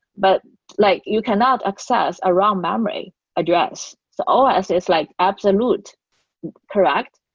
but like you cannot access a wrong memory address. so os is like absolute correct,